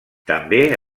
també